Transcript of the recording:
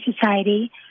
society